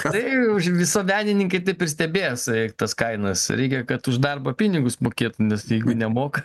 tai už visuomeninkai taip ir stebės tas kainas reikia kad už darbą pinigus mokėtų nes jeigu nemoka